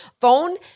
phone